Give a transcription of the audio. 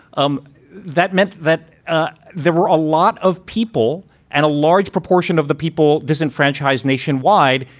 um that meant that there were a lot of people and a large proportion of the people disenfranchised nationwide.